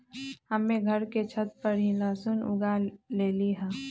हम्मे घर के छत पर ही लहसुन उगा लेली हैं